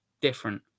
different